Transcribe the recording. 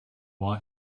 why